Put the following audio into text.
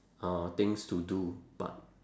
uh things to do but